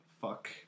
fuck